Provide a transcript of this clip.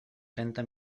trenta